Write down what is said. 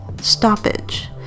stoppage